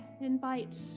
invite